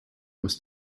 was